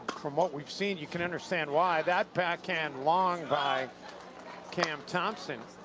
from what we've seen, you can understand why. that backhand long by cam thompson.